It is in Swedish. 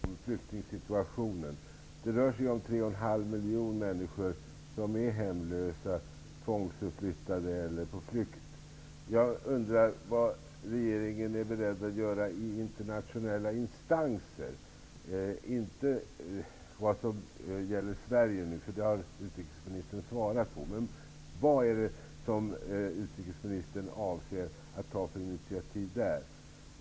Fru talman! Jag har några frågor, varav den första gäller flyktingsituationen. Det rör sig om 3,5 miljoner människor som är hemlösa, tvångsförflyttade eller på flykt. Jag undrar vad regeringen är beredd att göra i internationella instanser, alltså inte när det gäller Sverige -- den frågan har utrikesministern redan svarat på. Vad avser utrikesministern att ta för initiativ i internationella instanser?